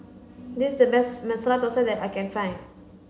this is the best Masala Dosa that I can find